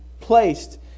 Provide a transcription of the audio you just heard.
placed